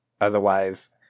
Otherwise